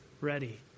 ready